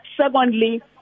Secondly